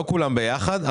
לא כולם ביחד,